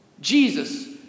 Jesus